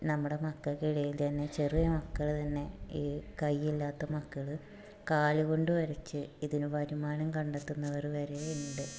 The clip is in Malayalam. നമ്മുടെ മക്കൾക്കിടയിൽ തന്നെ ചെറിയ മക്കൾ തന്നെ ഈ കയ്യില്ലാത്ത മക്കൾ കാല് കൊണ്ട് വരച്ച് ഇതിനു വരുമാനം കണ്ടെത്തുന്നവർ വരെ ഉണ്ട്